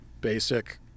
basic